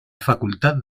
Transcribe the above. facultad